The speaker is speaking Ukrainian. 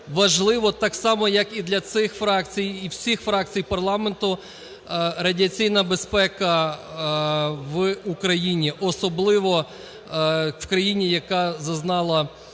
важливо так само, як і для цих фракцій і всіх фракцій парламенту, радіаційна безпека в Україні, особливо в країні, яка зазнала